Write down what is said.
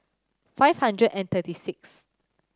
five hundred and thirty sixth